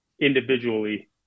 individually